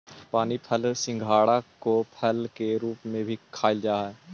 पानी फल सिंघाड़ा को फल के रूप में भी खाईल जा हई